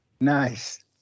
Nice